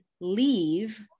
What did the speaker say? leave